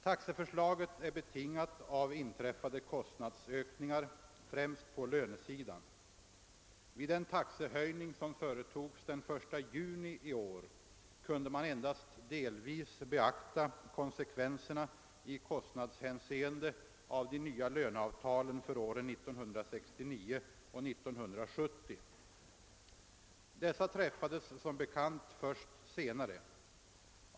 Taxeförslaget är betingat av inträffade kostnadsökningar, främst på lönesidan. Vid den taxehöjning som företogs den 1 juni i år kunde man endast delvis beakta konsekvenserna i kostnadshänseende av de nya löneavtalen för åren 1969 och 1970. Dessa träffades som bekant först senare.